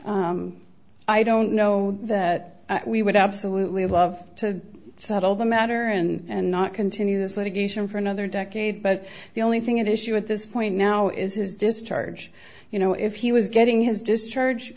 i don't know that we would absolutely love to settle the matter and not continue this litigation for another decade but the only thing at issue at this point now is his discharge you know if he was getting his discharge